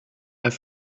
have